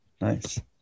nice